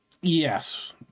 Yes